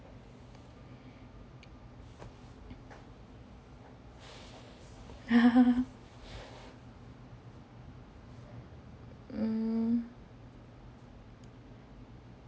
mm